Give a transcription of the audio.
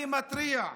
אני מתריע.